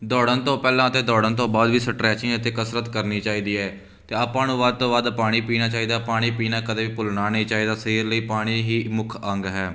ਦੌੜਨ ਤੋਂ ਪਹਿਲਾਂ ਅਤੇ ਦੌੜਨ ਤੋਂ ਬਾਅਦ ਵੀ ਸਟਰੈਚਿੰਗ ਅਤੇ ਕਸਰਤ ਕਰਨੀ ਚਾਹੀਦੀ ਹੈ ਅਤੇ ਆਪਾਂ ਨੂੰ ਵੱਧ ਤੋਂ ਵੱਧ ਪਾਣੀ ਪੀਣਾ ਚਾਹੀਦਾ ਪਾਣੀ ਪੀਣਾ ਕਦੇ ਵੀ ਭੁੱਲਣਾ ਨਹੀਂ ਚਾਹੀਦਾ ਸਰੀਰ ਲਈ ਪਾਣੀ ਹੀ ਮੁੱਖ ਅੰਗ ਹੈ